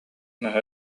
наһаа